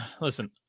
listen